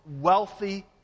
wealthy